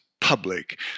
public